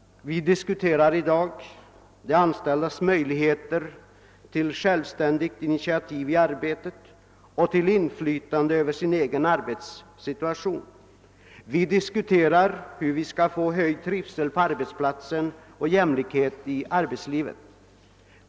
Vi diskuterar i dag de anställdas möjligheter till självständigt initiativ i arbetet och till inflytande på sin egen arbetssituation. Vi diskuterar hur vi skall få höjd trivsel på arbetsplatsen och jämlikhet i arbetslivet.